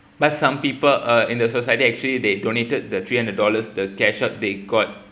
but some people uh in the society actually they donated the three hundred dollars the cash-out they got